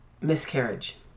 miscarriage